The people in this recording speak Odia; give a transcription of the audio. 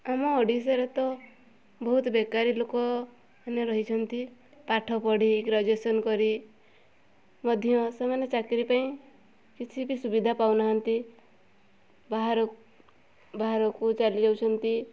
ଆମ ଓଡ଼ିଶାରେ ତ ବହୁତ ବେକାରୀ ଲୋକମାନେ ରହିଛନ୍ତି ପାଠ ପଢ଼ି ଗ୍ରାଜୁଏସନ୍ କରି ମଧ୍ୟ ସେମାନେ ଚାକିରୀ ପାଇଁ କିଛି ବି ସୁବିଧା ପାଉନାହାନ୍ତି ବାହାରକୁ ବାହାରକୁ ଚାଲି ଯାଉଛନ୍ତି